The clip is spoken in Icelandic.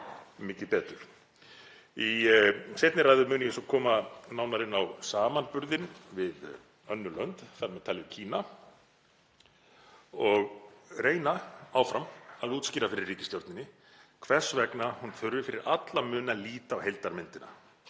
mikið betur. Í seinni ræðu mun ég koma nánar inn á samanburðinn við önnur lönd, þ.m.t. Kína, og reyna áfram að útskýra fyrir ríkisstjórninni hvers vegna hún þurfi fyrir alla muni að líta á heildarmyndina